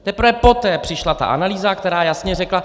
Teprve poté přišla ta analýza, která jasně řekla...